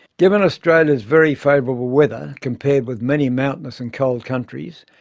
given australia's very favourable weather compared with many mount-ainous and cold countries,